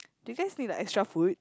do you guys need like extra food